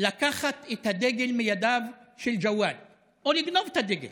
לקחת את הדגל מידיו של ג'וואד או לגנוב את הדגל